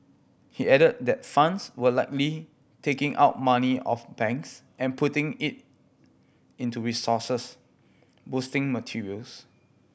he added that funds were likely taking out money of banks and putting it into resources boosting materials